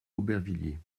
aubervilliers